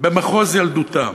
במחוז ילדותם,